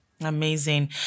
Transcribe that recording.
Amazing